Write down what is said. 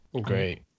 Great